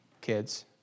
kids